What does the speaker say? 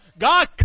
God